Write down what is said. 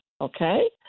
Okay